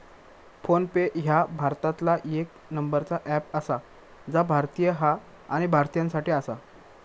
phone पे ह्या भारतातला येक नंबरचा अँप आसा जा भारतीय हा आणि भारतीयांसाठी आसा